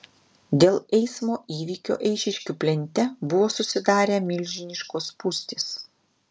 dėl eismo įvykio eišiškių plente buvo susidarę milžiniškos spūstys